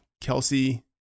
Kelsey